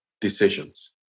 decisions